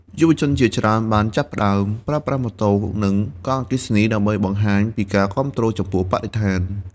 យុវជនជាច្រើនបានចាប់ផ្តើមប្រើប្រាស់ម៉ូតូនិងកង់អគ្គិសនីដើម្បីបង្ហាញពីការគាំទ្រចំពោះបរិស្ថាន។